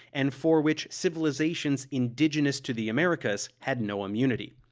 and for which civilizations indigenous to the americas had no immunity.